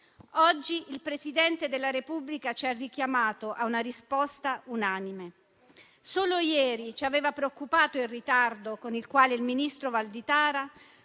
Oggi il Presidente della Repubblica ci ha richiamati a una risposta unanime. Solo ieri ci aveva preoccupati il ritardo per cui il ministro Valditara